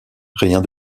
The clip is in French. rien